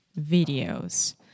videos